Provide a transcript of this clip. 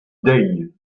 dezhi